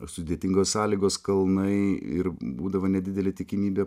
sudėtingos sąlygos kalnai ir būdavo nedidelė tikimybė